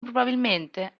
probabilmente